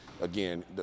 again